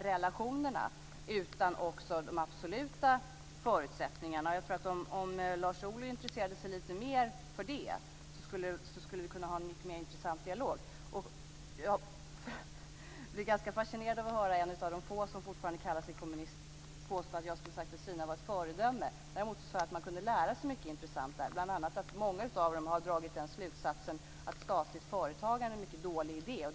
relationerna utan också de absoluta förutsättningarna. Om Lars Ohly intresserade sig lite mer för dem skulle vi kunna ha en mycket mer intressant dialog. Sedan blir jag ganska fascinerad av att höra en av de få som fortfarande kallar sig kommunister påstå att jag skulle ha sagt att Kina är ett föredöme. Däremot sade jag att man kunde lära sig mycket intressant där, bl.a. att många där har dragit slutsatsen att statligt företagande är en mycket dålig idé.